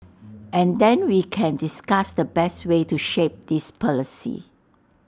and then we can discuss the best way to shape this policy